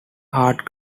art